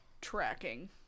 tracking